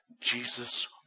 Jesus